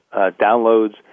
downloads